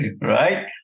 Right